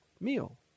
meal